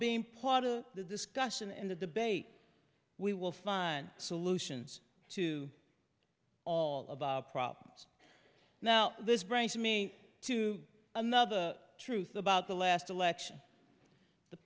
being part of the discussion and the debate we will find solutions to all of our problems now this brings me to another truth about the last election the